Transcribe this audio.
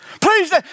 Please